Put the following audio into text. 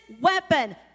weapon